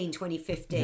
2015